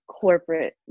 corporate